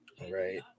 Right